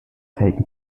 taken